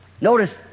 Notice